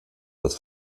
das